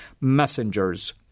messengers